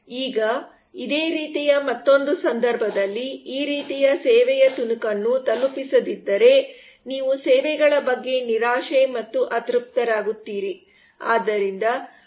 ಈಗ ಇದೇ ರೀತಿಯ ಮತ್ತೊಂದು ಸಂದರ್ಭದಲ್ಲಿ ಈ ರೀತಿಯ ಸೇವೆಯ ತುಣುಕನ್ನು ತಲುಪಿಸದಿದ್ದರೆ ನೀವು ಸೇವೆಗಳ ಬಗ್ಗೆ ನಿರಾಶೆ ಮತ್ತು ಅತೃಪ್ತರಾಗುತ್ತೀರಿ